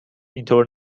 اینطور